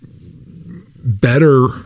better